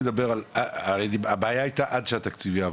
הרי הבעיה הייתה עד שהתקציב יעבור,